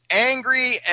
angry